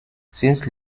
since